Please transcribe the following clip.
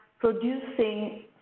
producing